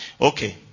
Okay